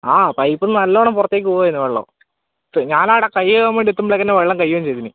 ആ പൈപ്പിൽ നിന്ന് നല്ലോണം പുറത്തേക്ക് പോവുകയായിരുന്നു വെള്ളം ഞാനവിടെ കൈ കഴുകാൻ വേണ്ടി എത്തുമ്പോഴേക്കു തന്നെ വെള്ളം കഴിയുകയും ചെയ്തിന്